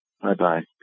Bye-bye